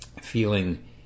feeling